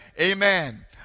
Amen